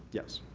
yes.